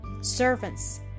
servants